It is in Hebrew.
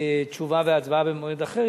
ותשובה והצבעה יהיו במועד אחר.